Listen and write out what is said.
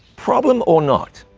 problem, or not?